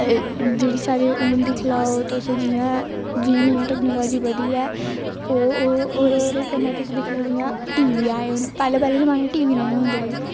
जेहड़ी साढ़ी हून दिक्खी लो तुस जियां जियां टेक्नोलाॅजी बधी ऐ ओह् ओहदे ओहदे कन्नै तुस दिक्खी लौ जियां टीैवी आए हून पहले पहले जमाने च टीवी नेई है होंदे ऐ